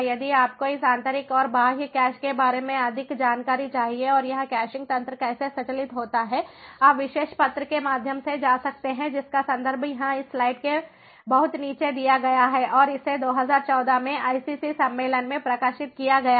यदि आपको इस आंतरिक और बाह्य कैश के बारे में अधिक जानकारी चाहिए और यह कैशिंग तंत्र कैसे संचालित होता है आप विशेष पत्र के माध्यम से जा सकते हैं जिसका संदर्भ यहाँ इस स्लाइड के बहुत नीचे दिया गया है और इसे 2014 में ICC सम्मेलन में प्रकाशित किया गया था